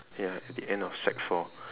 ya at the end of sec four